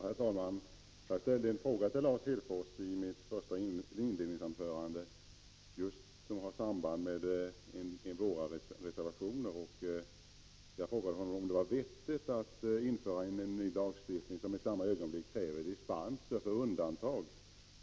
Herr talman! Jag ställde en fråga till Lars Hedfors i inledningsanförandet som har samband med en av våra reservationer. Jag frågade honom om det var vettigt att införa en ny lagstiftning som i samma ögonblick kräver dispenser.